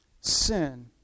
Sin